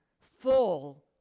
full